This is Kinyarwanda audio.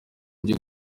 byo